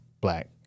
black